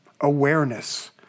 awareness